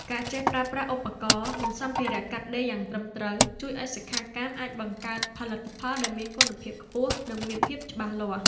ការចេះប្រើប្រាស់ឧបករណ៍ និងសម្ភារៈកាត់ដេរយ៉ាងត្រឹមត្រូវ ជួយឱ្យសិក្ខាកាមអាចបង្កើតផលិតផលដែលមានគុណភាពខ្ពស់ និងមានភាពច្បាស់លាស់។